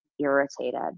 irritated